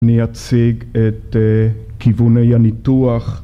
אני אציג את כיווני הניתוח